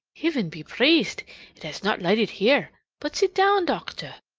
hiven be praised it has not lighted here! but sit down, docther,